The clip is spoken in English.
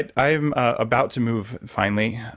like i'm about to move, finally,